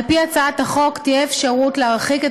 על-פי הצעת החוק תהיה אפשרות להרחיק את